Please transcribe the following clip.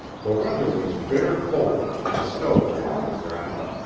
the weather was bitter cold and snow lay on the ground.